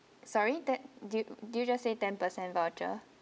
sorry that do you do you just said ten percent voucher